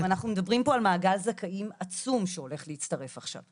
אנחנו מדברים פה על מעגל זכאים עצום שהולך להצטרף עכשיו.